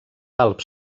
alps